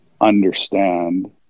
understand